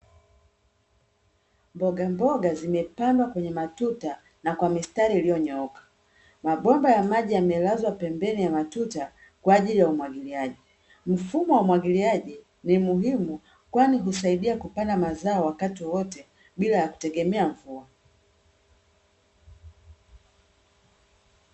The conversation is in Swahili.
Mboga mboga zimepandwa kwenye matuta na kwa mistari iliyonyooka, mabomba ya maji yamelazwa pembeni ya matuta kwa ajili ya umwagiliaji , mfumo wa umwagiliaji ni muhimu kwani husaidia kupanda mazao wakati wowote bila ya kutegemea mvua.